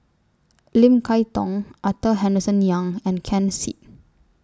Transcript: Lim Kay Tong Arthur Henderson Young and Ken Seet